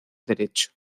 derecho